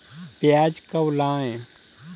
प्याज कब लगाएँ?